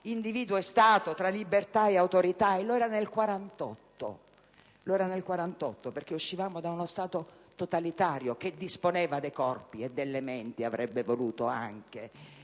individuo e Stato, tra libertà e autorità. Lo era nel '48, perché uscivamo da uno Stato totalitario che disponeva dei corpi, e avrebbe voluto